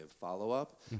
follow-up